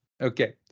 Okay